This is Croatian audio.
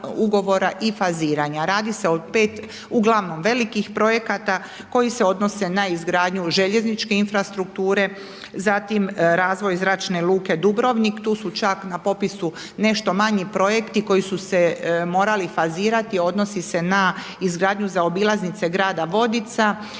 ugovora i faziranja, radi se 5 uglavnom velikih projekata koji se odnose na izgradnju željezničke infrastrukture, zatim razvoj Zračne luke Dubrovnik, tu su čak na popisu nešto manji projekti koji su se morali fazirati, odnosi se na izgradnju za obilaznice grada Vodica,